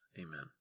Amen